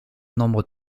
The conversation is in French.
nombre